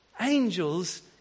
Angels